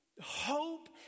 Hope